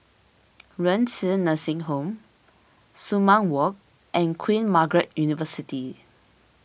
Renci Nursing Home Sumang Walk and Queen Margaret University